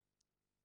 זהו.